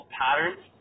patterns